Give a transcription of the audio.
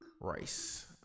Rice